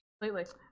Completely